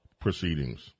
proceedings